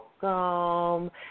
welcome